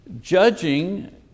Judging